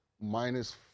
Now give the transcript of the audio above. minus